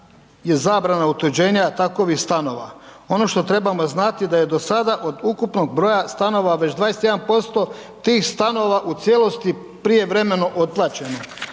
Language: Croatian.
je zabrana otuđenja takvih stanova. Ono što trebamo znati da je do sada od ukupnog broja stanova već 21% tih stanova u cijelosti prijevremeno otplaćeno.